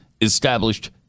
established